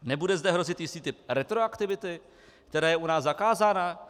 Nebude zde hrozit jistý typ retroaktivity, která je u nás zakázána?